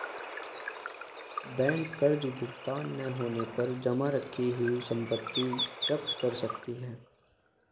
bank कर्ज भुगतान न होने पर जमा रखी हुई संपत्ति जप्त कर सकती है